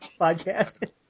podcast